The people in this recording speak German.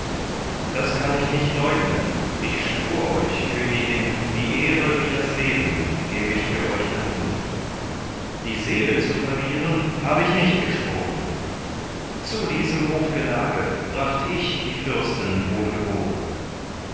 das kann ich nicht leugnen ich schwur euch königin die ehre wie das leben gäb ich für euch dahin die seele zu verlieren hab ich nicht geschworen zu diesem hofgelage bracht ich die fürsten